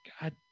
god